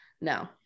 no